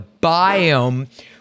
biome